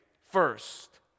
first